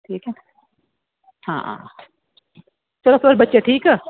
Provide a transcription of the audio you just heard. ठीक ऐ आं ते थुआढ़े बच्चे ठीक